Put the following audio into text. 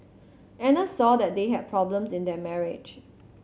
Anna saw that they had problems in their marriage